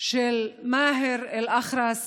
של מאהר אל-אח'רס